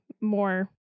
More